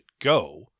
go